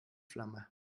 flamme